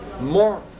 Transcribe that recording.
more